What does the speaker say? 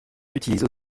utilisent